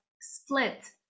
split